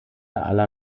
aller